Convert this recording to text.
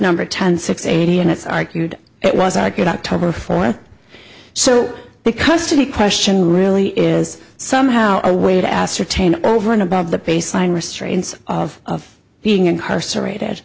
number ten six eighty and it's argued it wasn't a good october fourth so the custody question really is somehow a way to ascertain over and above the baseline restraints of being incarcerated